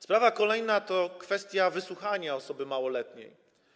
Sprawa kolejna to kwestia wysłuchania osoby małoletniej.